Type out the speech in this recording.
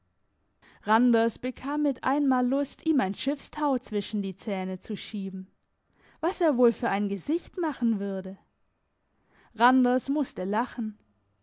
randers bekam mit einmal lust ihm ein schiffstau zwischen die zähne zu schieben was er wohl für ein gesicht machen würde randers musste lachen